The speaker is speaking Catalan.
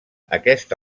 aquest